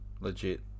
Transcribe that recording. legit